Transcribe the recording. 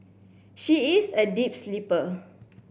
she is a deep sleeper